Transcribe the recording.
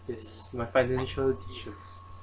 yes my finally show